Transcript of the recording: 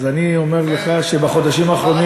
אני אומר לך שבחודשים האחרונים,